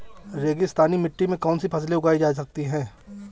रेगिस्तानी मिट्टी में कौनसी फसलें उगाई जा सकती हैं?